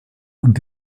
und